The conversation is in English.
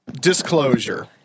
disclosure